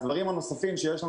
הדברים הנוספים שיש,